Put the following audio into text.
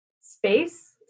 space